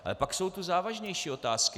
Ale pak jsou tu závažnější otázky.